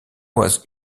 was